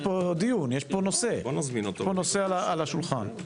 יש פה נושא על השולחן.